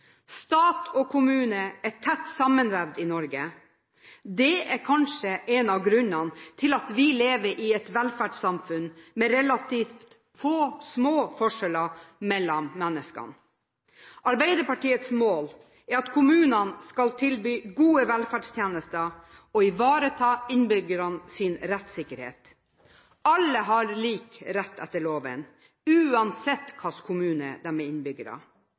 Stat og kommune er tett sammenvevd i Norge. Det er kanskje en av grunnene til at vi lever i et velferdssamfunn med relativt små forskjeller mellom menneskene. Arbeiderpartiets mål er at kommunene skal tilby gode velferdstjenester og ivareta innbyggernes rettssikkerhet. Alle har lik rett etter loven, uansett hvilken kommune de er innbyggere